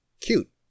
cute